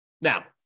Now